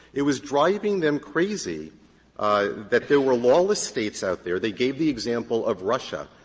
it was driving them crazy that there were lawless states out there they gave the example of russia,